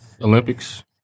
Olympics